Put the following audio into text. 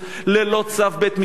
ללא צו בית-משפט,